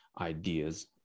ideas